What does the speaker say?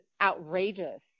outrageous